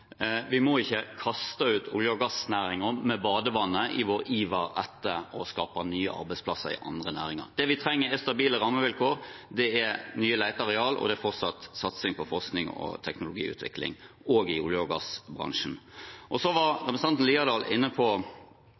Vi må ikke kaste ut olje- og gassnæringen med badevannet i vår iver etter å skape nye arbeidsplasser i andre næringer. Det vi trenger, er stabile rammevilkår, nye leteareal og fortsatt satsing på forskning og teknologiutvikling – også i olje- og gassbransjen. Representanten Haukeland Liadal var inne på